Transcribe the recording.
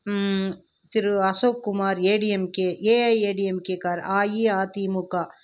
திரு அசோக் குமார் ஏடிஎம்கே ஏஐஏடிஎம்கே காரர் அஇஅதிமுக